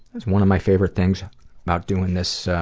that's one of my favourite things about doing this